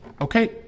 okay